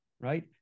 right